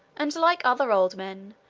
and, like other old men,